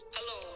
Hello